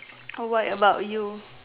how about about you